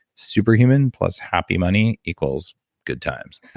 superhuman plus happy money equals good times.